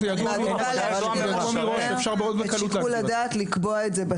אני מעדיפה להשאיר לשוטר את שיקול הדעת לקבוע את זה בצו,